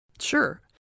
Sure